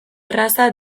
erraza